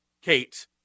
Kate